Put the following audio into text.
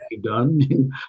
done